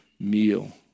Meal